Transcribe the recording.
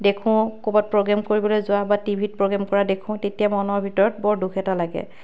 দেখোঁ ক'ৰবাত প্ৰগ্ৰেম কৰিবলৈ যোৱা বা টিভিত প্ৰগ্ৰেম কৰা দেখোঁ তেতিয়া মনৰ ভিতৰত বৰ দুখ এটা লাগে